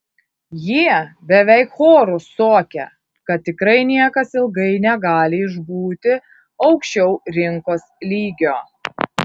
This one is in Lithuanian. jie beveik choru suokia kad tikrai niekas ilgai negali išbūti aukščiau rinkos lygio